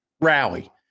rally